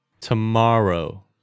tomorrow